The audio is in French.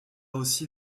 aussi